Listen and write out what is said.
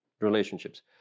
relationships